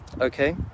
okay